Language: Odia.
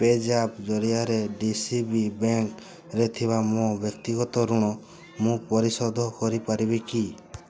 ପେଜାପ୍ ଜରିଆରେ ଡି ସି ବି ବ୍ୟାଙ୍କ୍ରେ ଥିବା ମୋ ବ୍ୟକ୍ତିଗତ ଋଣ ମୁଁ ପରିଶୋଧ କରିପାରିବି କି